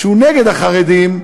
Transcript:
שהוא נגד החרדים,